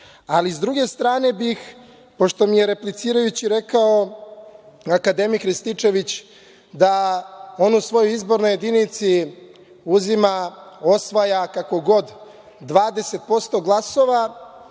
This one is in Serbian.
sa druge stane bih, pošto mi je replicirajući akademik Rističević rekao da on u svojoj izbornoj jedinici uzima, osvaja, kako god, 20% glasova,